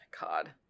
God